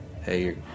hey